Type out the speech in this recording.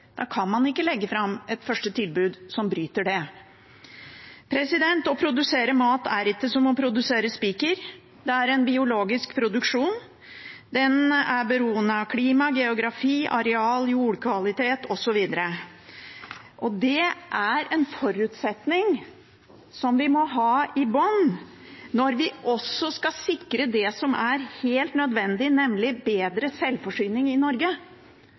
Da kan man ikke legge fram et første tilbud som bryter det. Å produsere mat er ikke som å produsere spiker. Det er en biologisk produksjon. Den er beroende av klima, geografi, areal, jordkvalitet osv., og det er en forutsetning som vi må ha i bunnen når vi også skal sikre det som er helt nødvendig, nemlig bedre selvforsyning i Norge.